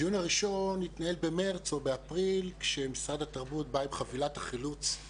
הדיון הראשון התנהל במרץ או באפריל כשמשרד התרבות בא עם המתווה